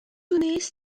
wnest